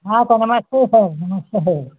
हाँ तो नमस्ते सर नमस्ते फ़िर